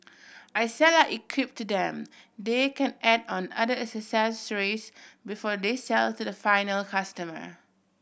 I sell our equip to them they can add on other accessories before they sell to the final customer